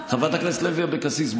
חברת הכנסת לוי אבקסיס,